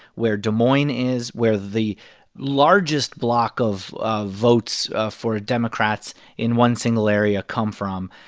where des moines is, where the largest bloc of ah votes ah for democrats in one single area come from,